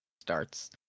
starts